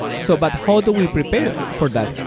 so but how do we prepare for that?